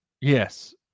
Yes